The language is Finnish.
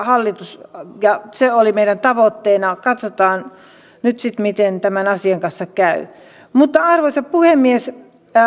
hallitus ja se oli meidän tavoitteenamme katsotaan nyt sitten miten tämän asian kanssa käy arvoisa puhemies